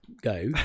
go